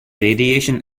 radiation